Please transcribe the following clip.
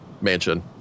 mansion